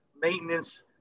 maintenance